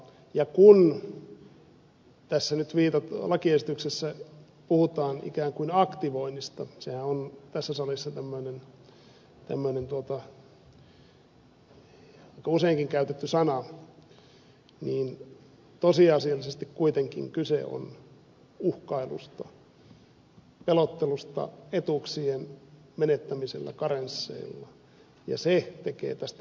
ja kun tässä lakiesityksessä puhutaan ikään kuin aktivoinnista sehän on tässä salissa tämmöinen aika useinkin käytetty sana niin tosiasiallisesti kuitenkin kyse on uhkailusta pelottelusta etuuksien menettämisellä karensseilla ja se tekee tästä murheellisen